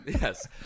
yes